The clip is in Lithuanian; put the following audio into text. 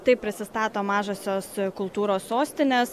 taip prisistato mažosios kultūros sostinės